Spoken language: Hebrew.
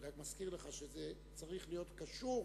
אני רק מזכיר לך שזה צריך להיות קשור